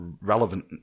relevant